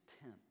tent